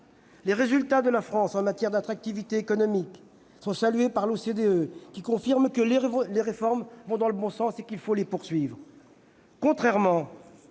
Les résultats de la France en matière d'attractivité économique sont salués par l'OCDE, qui confirme que les réformes vont dans le bon sens et qu'il faut les poursuivre. Contrairement